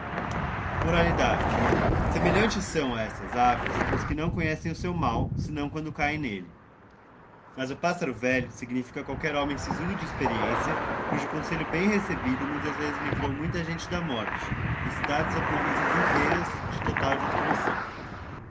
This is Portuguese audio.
moralidade semelhantes são a estas aves os que não conhecem o seu mal senão quando cahem nelle mas o pássaro velho significa qualquer liomem sisudo de experiencia cujo conselho bera recebido muitas vezes livrou muita gente da morte e cidades ou províncias inteiras de total destruirão